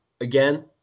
again